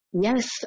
Yes